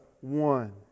one